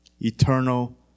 eternal